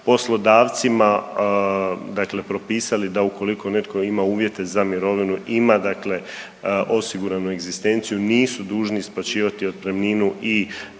Poslodavcima propisali da ukoliko netko ima uvjete za mirovinu ima osiguranu egzistenciju nisu dužni isplaćivati otpremninu i